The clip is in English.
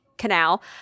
canal